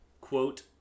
quote